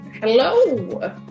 Hello